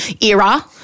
era